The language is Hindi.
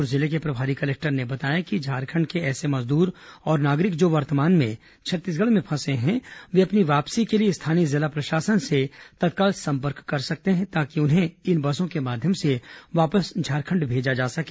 रायपुर जिले के प्रभारी कलेक्टर ने बताया कि झारखंड के ऐसे मजदूर और नागरिक जो वर्तमान में छत्तीसगढ़ में फंसे हैं वे अपनी वापसी के लिए स्थानीय जिला प्रशासन से तत्काल संपर्क कर सकते हैं ताकि उन्हें इन बसों के माध्यम से वापस झारखंड भेजा जा सके